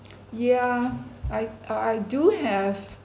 yeah I I I do have